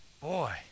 Boy